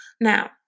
Now